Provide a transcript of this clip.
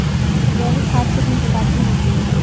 जैविक खाद कितने प्रकार की होती हैं?